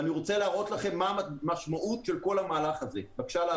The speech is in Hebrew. אני רוצה להראות לכם מה המשמעות של כל המהלך הזה בשקף